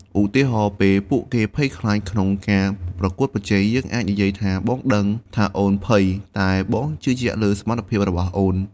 ឧទាហរណ៍ ពេលពួកគេភ័យខ្លាចក្នុងការប្រកួតប្រជែង យើងអាចនិយាយថា បងដឹងថាអូនភ័យ តែបងជឿជាក់លើសមត្ថភាពរបស់អូន។